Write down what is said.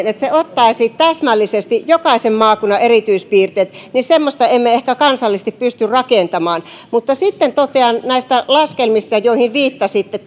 että se ottaisi täsmällisesti huomioon jokaisen maakunnan erityispiirteet emme ehkä kansallisesti pysty rakentamaan mutta sitten totean näistä laskelmista joihin viittasitte